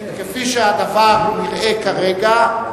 כפי שהדבר נראה כרגע,